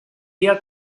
día